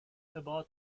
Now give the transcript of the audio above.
about